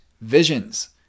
Visions